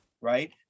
right